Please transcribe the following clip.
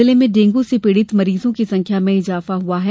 जिले में डेंगू से पीड़ित मरीजों की संख्या में इजाफा हुआ है